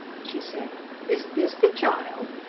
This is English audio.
she said, is this the child?